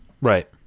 Right